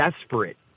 desperate